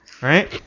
Right